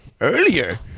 Earlier